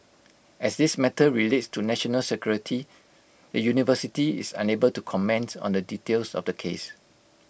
as this matter relates to national security the university is unable to comment on the details of the case